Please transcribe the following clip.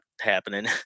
happening